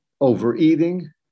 overeating